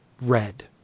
red